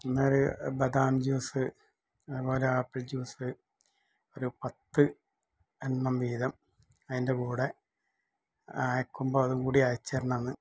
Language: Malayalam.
ഇന്നൊര് ബദാം ജ്യൂസ്സ് അതേപോലെ ആപ്പിൾ ജ്യൂസ്സ് ഒര് പത്ത് എണ്ണം വീതം അതിൻ്റെ കൂടെ അയയ്ക്കുമ്പോൾ അതും കൂടി അയച്ച് തരണം